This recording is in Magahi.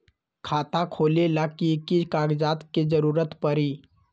खाता खोले ला कि कि कागजात के जरूरत परी?